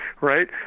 right